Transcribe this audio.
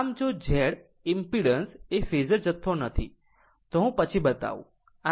આમ જો Z impedance એ ફેઝર જથ્થો નથી તો હું પછી બતાવું